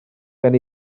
gen